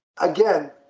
Again